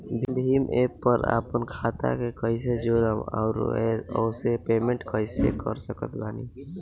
Bhim app पर आपन खाता के कईसे जोड़म आउर ओसे पेमेंट कईसे कर सकत बानी?